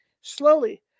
Slowly